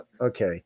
Okay